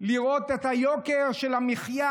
לראות את היוקר של המחיה.